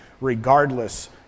regardless